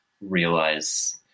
realize